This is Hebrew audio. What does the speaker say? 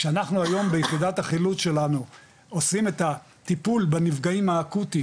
כשאנחנו היום ביחידת החילוץ שלנו עושים את הטיפול בנפגעים האקוטיים,